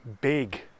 big